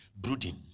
brooding